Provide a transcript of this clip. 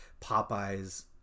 popeyes